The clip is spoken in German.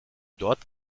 dort